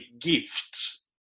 gifts